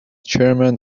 chairman